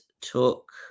took